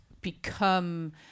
become